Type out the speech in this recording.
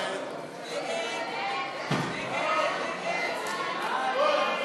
סעיף תקציבי 73, מפעלי מים,